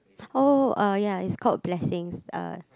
oh uh ya it's called blessings uh